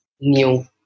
new